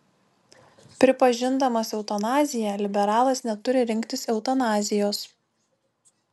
pripažindamas eutanaziją liberalas neturi rinktis eutanazijos